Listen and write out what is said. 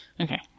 Okay